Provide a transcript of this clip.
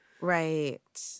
Right